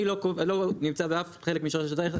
אני לא נמצא באף חלק משרשרת הערך,